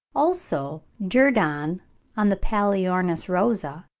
also jerdon on the palaeornis rosa,